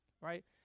right